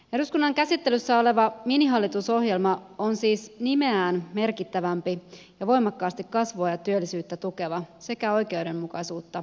eduskunnan käsittelyssä oleva minihallitusohjelma on siis nimeään merkittävämpi voimakkaasti kasvua ja työllisyyttä tukeva sekä oikeudenmukaisuutta lisäävä paketti